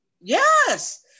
yes